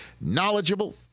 knowledgeable